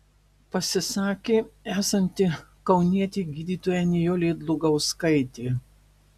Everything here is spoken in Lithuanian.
pasisakė esanti kaunietė gydytoja nijolė dlugauskaitė